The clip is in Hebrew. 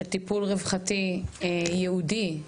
של טיפול רווחתי ייעודי,